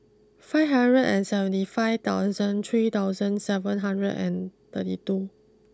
five hundred and seventy five thousand three thousand seven hundred and thirty two